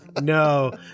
No